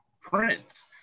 Prince